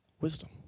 wisdom